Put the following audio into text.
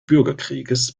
bürgerkrieges